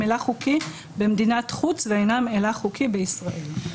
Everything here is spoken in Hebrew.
הילך חוקי במדינת חוץ ואינם הילך חוקי בישראל".